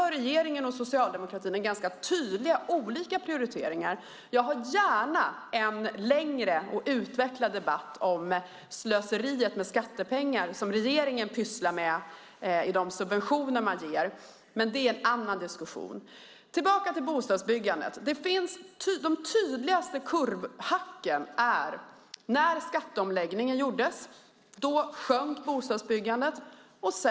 Regeringen och Socialdemokraterna gör olika prioriteringar. Jag vill gärna ha en längre och mer utvecklad debatt om det slöseri med skattepengar som regeringen pysslar med i de subventioner man ger, men det är en annan diskussion. De tydligaste kurvhacken ser vi när skatteomläggningen gjordes. Då sjönk bostadsbyggandet.